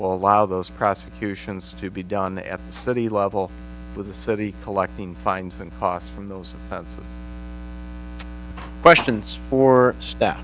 will allow those prosecutions to be done at city level with the city collecting fines and costs from those questions for